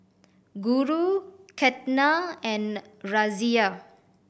Guru Ketna and Razia